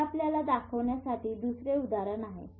हे आपल्याला दाखवण्यासाठी दुसरे उदाहरण आहे